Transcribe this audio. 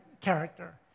character